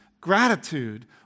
Gratitude